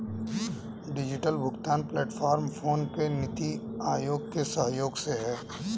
digital भुगतान platform PhonePe, NITI Aayog के सहयोग से है